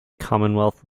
commonwealth